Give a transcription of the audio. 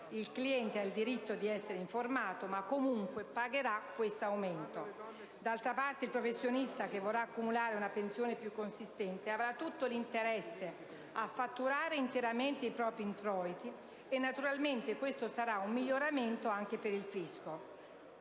il cliente ha il diritto di essere informato, ma comunque pagherà questo aumento. D'altra parte il professionista, che vorrà accumulare una pensione più consistente, avrà tutto l'interesse a fatturare interamente i propri introiti e naturalmente questo sarà un miglioramento anche per il fisco.